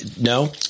No